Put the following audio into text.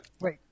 Wait